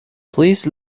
please